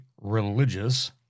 religious